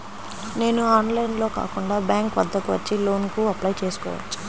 నేను ఆన్లైన్లో కాకుండా బ్యాంక్ వద్దకు వచ్చి లోన్ కు అప్లై చేసుకోవచ్చా?